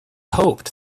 hoped